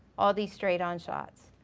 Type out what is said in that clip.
all these straight on shots.